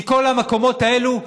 מכל המקומות האלה,